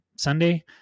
sunday